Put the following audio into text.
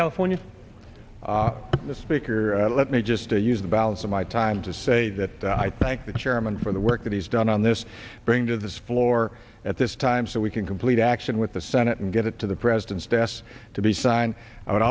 california the speaker let me just to use the balance of my time to say that i thank the chairman for the work that he's done on this bring to this floor at this time so we can complete action with the senate and get it to the president's desk to be signed i would